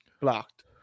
blocked